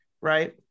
right